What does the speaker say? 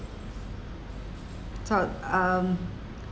so um